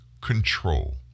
control